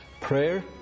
Prayer